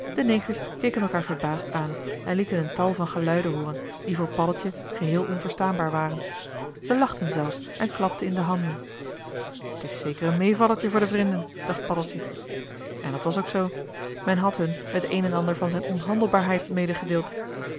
keken elkaar verbaasd aan en lieten een tal van geluiden hooren die voor paddeltje geheel onverstaanbaar waren ze lachten zelfs en klapten in de handen t is zeker een meevallertje voor de vrinden dacht paddeltje en dat was ook zoo men had hun het een en ander van zijn onhandelbaarheid medegedeeld